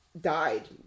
died